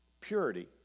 purity